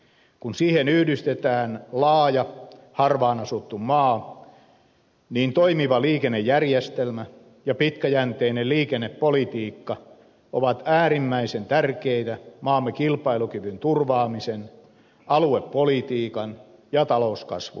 kun siihen yhdistetään laaja harvaanasuttu maa niin toimiva liikennejärjestelmä ja pitkäjänteinen liikennepolitiikka ovat äärimmäisen tärkeitä maamme kilpailukyvyn turvaamisen aluepolitiikan ja talouskasvun kannalta